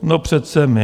No přece my.